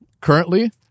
currently